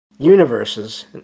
universes